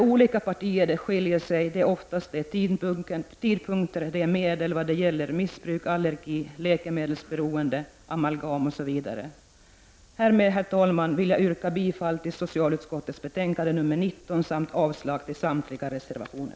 Olika partier skiljer sig i fråga om tidpunkter och medel när det gäller missbruk, allergier, läkemedelsberoende, amalgam osv. Härmed, herr talman, vill jag yrka bifall till hemställan i socialutskottets betänkande 19 samt avslag på samtliga reservationer.